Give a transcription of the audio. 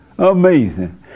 Amazing